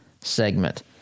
segment